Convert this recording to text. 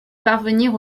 parvenir